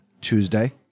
Tuesday